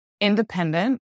independent